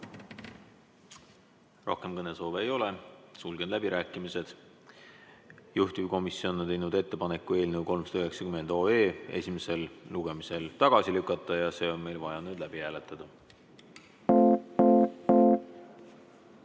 Rohkem kõnesoove ei ole, sulgen läbirääkimised. Juhtivkomisjon on teinud ettepaneku otsuse eelnõu 390 esimesel lugemisel tagasi lükata ja see on meil vaja nüüd läbi hääletada.